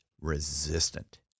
resistant